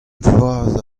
vloaz